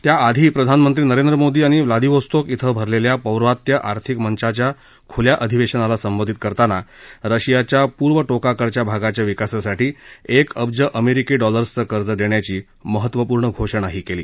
त्या आधी प्रधानमंत्री नरेंद्र मोदी यांनी व्लादीव्होस्तोक इथं भरलेल्या पौर्वात्य आर्थिक मंचाच्या खुल्या अधिवेशनाला संबोधित करताना रशियाच्या पूर्व टोकाकडच्या भागाच्या विकासासाठी एक अब्ज अमेरिकी डॉलर्सचं कर्ज देण्याची महत्वपूर्ण घोषणाही केली